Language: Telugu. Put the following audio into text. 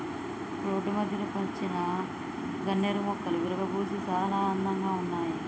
రోడ్డు మధ్యలో పెంచిన గన్నేరు మొక్కలు విరగబూసి చాలా అందంగా ఉన్నాయి